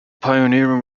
pioneering